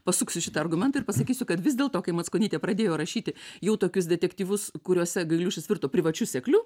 pasuksiu šitą argumentą ir pasakysiu kad vis dėlto kai mackonytė pradėjo rašyti jau tokius detektyvus kuriuose gailiušis virto privačiu sekliu